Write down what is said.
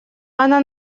она